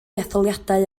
etholiadau